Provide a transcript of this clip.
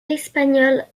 espagnol